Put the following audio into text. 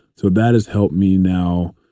so that has helped me now